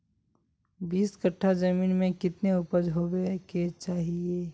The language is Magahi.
बीस कट्ठा जमीन में कितने उपज होबे के चाहिए?